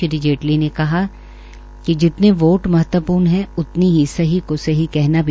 श्री जेटली ने कहा कि जितने वोट महत्वपूर्ण है उतनी सही को सही कहना भी